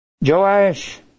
Joash